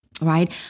right